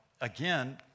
again